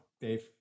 Dave